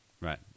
Right